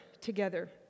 together